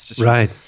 Right